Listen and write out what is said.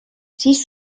siis